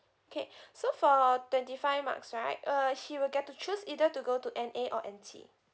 okay so for twenty five marks right uh he will get to choose either to go to N_A or N_T